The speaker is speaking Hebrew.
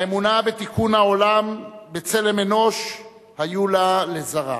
האמונה בתיקון העולם, בצלם אנוש, היתה לה לזרא.